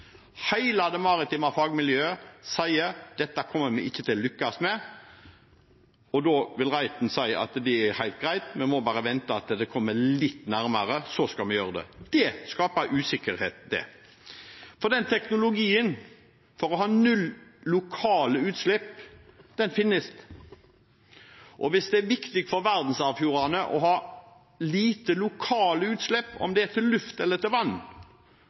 lykkes med. Da vil Reiten si at det er helt greit, vi må bare vente til vi kommer litt nærmere 2026, så skal vi gjøre det. Det skaper usikkerhet. Teknologien for null lokale utslipp finnes, og hvis det er viktig for verdensarvfjordene å ha lite lokale utslipp, om det er til luft eller til vann,